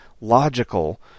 logical